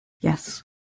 Yes